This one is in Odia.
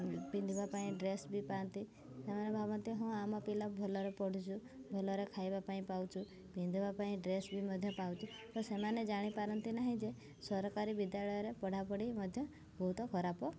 ପିନ୍ଧିବା ପାଇଁ ଡ୍ରେସ୍ ବି ପାଆନ୍ତି ସେମାନେ ଭାବନ୍ତି ହଁ ଆମ ପିଲା ଭଲରେ ପଢ଼ୁଛୁ ଭଲରେ ଖାଇବା ପାଇଁ ପାଉଛୁ ପିନ୍ଧିବା ପାଇଁ ଡ୍ରେସ୍ ବି ମଧ୍ୟ ପାଉଛୁ ତ ସେମାନେ ଜାଣିପାରନ୍ତି ନାହିଁ ଯେ ସରକାରୀ ବିଦ୍ୟାଳୟରେ ପଢ଼ାପଢ଼ି ମଧ୍ୟ ବହୁତ ଖରାପ